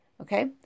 Okay